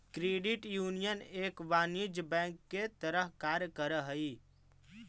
credit union एक वाणिज्यिक bank के तरह कार्य करऽ हइ